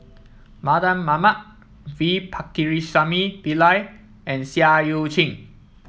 Mardan Mamat V Pakirisamy Pillai and Seah Eu Chin